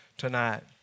Tonight